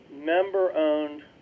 member-owned